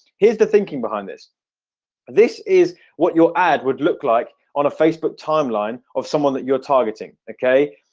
here's the thinking behind this this is what your ad would look like on a facebook timeline of someone that you're targeting, okay?